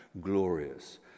glorious